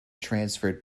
transferred